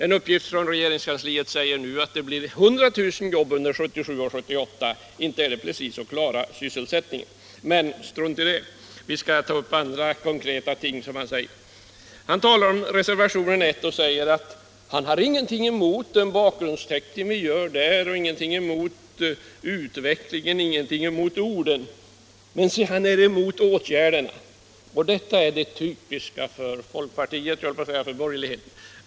En uppgift från regeringskansliet säger nu att det blir 100 000 jobb som går förlorade 1977 och 1978. Inte är det precis att klara sysselsättningen. Men strunt i det, säger man, vi skall ta upp andra ting. Herr Andersson i Örebro talar om reservationen 1 och säger sig inte ha någonting emot den bakgrundsteckning vi gör i den, ingenting emot utvecklingen, ingenting emot våra ord. Men han är emot åtgärderna. Detta är typiskt för folkpartiet och — jag höll på att säga — borgerligheten.